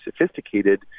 sophisticated